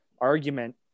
argument